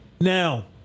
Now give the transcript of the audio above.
Now